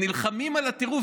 הם נלחמים על הטירוף,